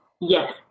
Yes